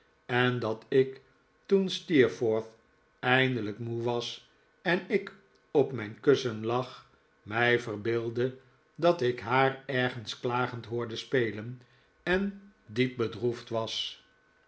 en dat ik toen steerforth eindelijk moe was en ik op mijn kussen lag mij verbeeldde dat ik haar ergens klagend hoorde spelen en diep bedroefd was